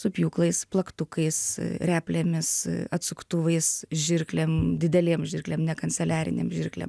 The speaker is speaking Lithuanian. su pjūklais plaktukais replėmis atsuktuvais žirklėm didelėm žirklėm ne kanceliarinėm žirklėm